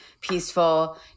peaceful